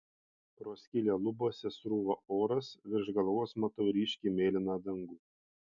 pro skylę lubose srūva oras virš galvos matau ryškiai mėlyną dangų